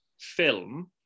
film